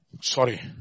Sorry